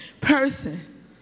person